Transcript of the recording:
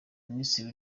minisitiri